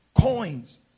coins